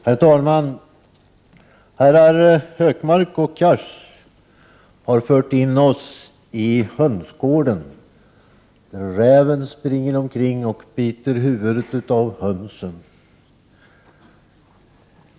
Herr talman! Herrar Hökmark och Cars har fört in oss i hönsgården, där räven springer omkring och biter huvudet av hönsen.